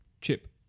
Chip